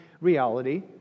reality